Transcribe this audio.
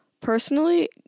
personally